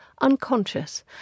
unconscious